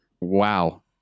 wow